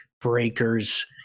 Breakers